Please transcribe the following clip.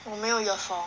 我没有 year four